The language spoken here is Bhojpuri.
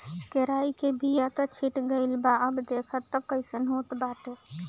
केराई के बिया त छीटा गइल बा अब देखि तअ कइसन होत बाटे